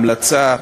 המלצה,